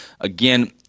Again